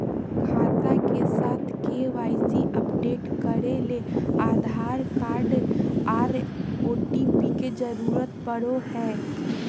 खाता के साथ के.वाई.सी अपडेट करे ले आधार कार्ड आर ओ.टी.पी के जरूरत पड़ो हय